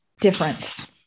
difference